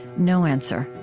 no answer.